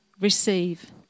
receive